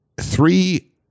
three